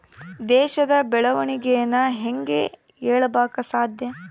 ದೇಶದ ಬೆಳೆವಣಿಗೆನ ಹೇಂಗೆ ಹೇಳಕ ಸಾಧ್ಯ?